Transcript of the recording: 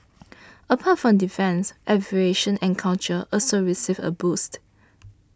apart from defence aviation and culture also received a boost